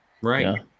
Right